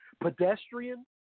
pedestrian